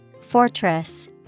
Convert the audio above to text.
Fortress